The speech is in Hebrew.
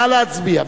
נא להצביע.